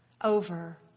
over